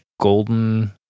golden